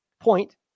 Point